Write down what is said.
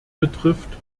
betrifft